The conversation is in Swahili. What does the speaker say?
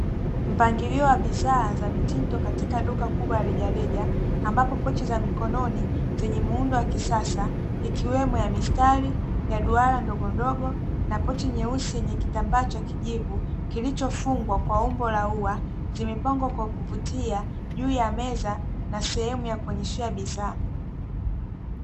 Mpangilio wa bidhaa za mitindo katika duka kubwa la reja reja ambapo pochi za mikononi zenye muundo wa kisasa, ikiwemo ya mistari, ya duara ndogo ndogo, na pochi nyeusi yenye kitambaa cha kijivu kilichofungwa kwa umbo la ua, zimepangwa kwa kuvutia juu ya meza na sehemu ya kuonyeshea bidhaa.